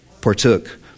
partook